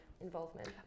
involvement